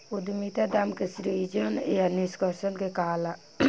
उद्यमिता दाम के सृजन या निष्कर्सन के कहाला